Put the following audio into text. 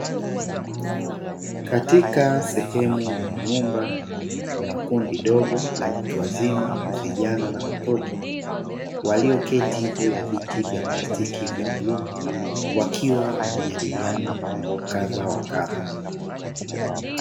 Katika sehemu ya nyumba kuna kundi dogo la watu wazima, vijana na watoto walioketi juu ya viti vya plastiki vya bluu, wakiwa wanajadiliana mambo kadha wa kadha.